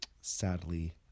sadly